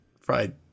fried